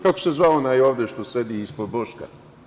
Kako se zvao onaj ovde što se sedi ispod Boška?